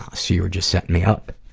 ah so you were just setting me up.